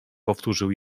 powtórzył